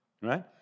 right